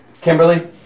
Kimberly